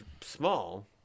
small